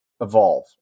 evolve